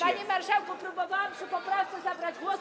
Panie marszałku, próbowałam przy poprawce zabrać głos.